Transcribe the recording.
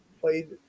played